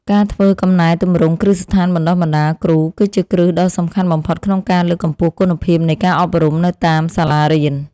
ការធ្វើកំណែទម្រង់គ្រឹះស្ថានបណ្តុះបណ្តាលគ្រូគឺជាគ្រឹះដ៏សំខាន់បំផុតក្នុងការលើកកម្ពស់គុណភាពនៃការអប់រំនៅតាមសាលារៀន។